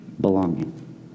Belonging